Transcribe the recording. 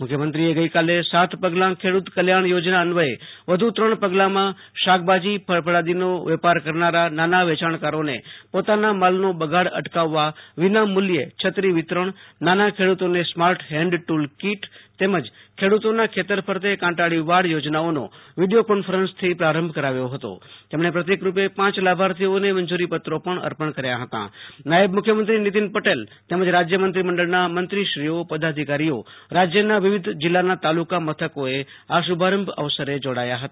મુખ્યમંત્રીએ ગઈકાલે સાંત પગલાં ખેડૂત કલ્યાણ યોજના અન્વચે વધુ ત્રણ પગલાંમાં શાકભાજી ફળફળાદિનો વેપાર કરનારા બાનાં વેયાણકારોને પોતાના માલનો બગાડ અટકાવવા વિનામૂલ્યે છત્રી વિતરણ નોના ખેડૂતોને સ્માર્ટ હેન્ડ ટૂલ કિટ તેમજ ખેડૂતોના ખેતર ફરતે કાંટાળી વાડ યોજનાઓનો વીડિયો કોન્ફરન્સિથી પ્રારંભ કરાવ્યો હતો તેમણે પ્રતિકરૂપે પાંચ લાભાર્થીઓને મંજૂરીપત્રો પણ અર્પણે કર્યા હતાં નાયબ મુખ્યમંત્રી નીતિન પટેલ તેમજ રાજ્ય મંત્રીમંડળના મંત્રીશ્રીઓ પદાધિકારીઓ રાજ્યના વિવિધ જિલ્લાના તાલુકા મથકોએ આ શુભારંભ અવસરે જોડાયા હતા